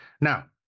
Now